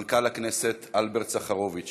מנכ"ל הכנסת אלברט סחרוביץ,